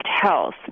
health